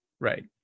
Right